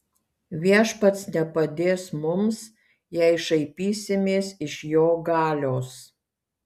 viešpats nepadės mums jei šaipysimės iš jo galios